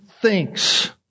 thinks